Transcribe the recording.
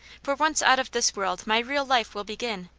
for once out of this world my real life will begin.